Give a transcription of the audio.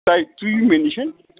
تۄہہِ تُہۍ یِیِو مےٚ نِش